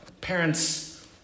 Parents